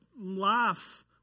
life